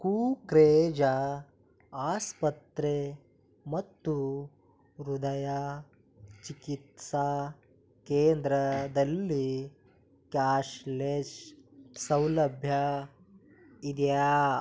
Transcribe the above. ಕೂಕ್ರೇಜಾ ಆಸ್ಪತ್ರೆ ಮತ್ತು ಹೃದಯ ಚಿಕಿತ್ಸಾ ಕೇಂದ್ರದಲ್ಲಿ ಕ್ಯಾಷ್ಲೆಸ್ ಸೌಲಭ್ಯ ಇದೆಯಾ